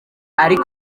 ariko